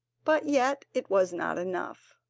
but yet it was not enough.